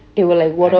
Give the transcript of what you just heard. they will like ward off